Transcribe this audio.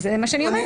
זה מה שאמרתי.